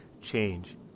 change